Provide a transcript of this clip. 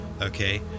Okay